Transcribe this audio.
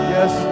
Yes